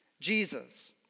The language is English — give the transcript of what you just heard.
Jesus